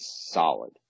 solid